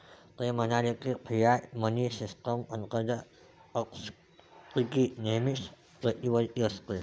ते म्हणाले की, फियाट मनी सिस्टम अंतर्गत अपस्फीती नेहमीच प्रतिवर्ती असते